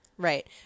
Right